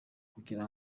kugira